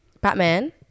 Batman